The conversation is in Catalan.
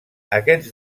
aquests